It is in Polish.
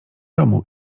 domu